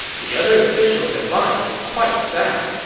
the other officials' advice is quite sound.